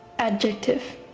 adjective.